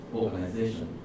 organization